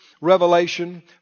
revelation